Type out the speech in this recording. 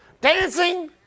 Dancing